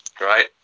Right